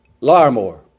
Larmore